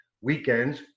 weekends